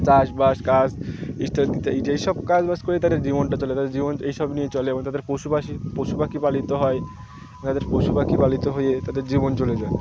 চাষবাস কাজ ইত্যাদি এই সব কাজবাজ করে তাদের জীবনটা চলে তাদের জীবন এই সব নিয়ে চলে এবং তাদের পশুপাশি পশু পাখি পালিত হয় তাদের পশু পাখি পালিত হয়ে তাদের জীবন চলে যায়